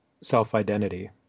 self-identity